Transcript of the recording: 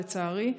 לצערי.